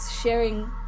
sharing